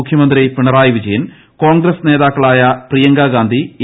മുഖ്യമന്ത്രി പിണറായി വിജയൻ കോൺഗ്രസ് നേതാക്കളായ പ്രിയങ്ക ഗാന്ധി എ